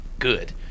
good